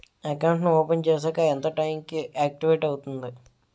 Account నీ open చేశాక ఎంత టైం కి ఆక్టివేట్ అవుతుంది?